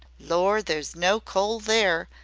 lor', there's no cold there,